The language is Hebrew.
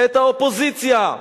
את האופוזיציה,